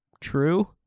true